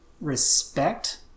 respect